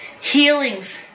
healings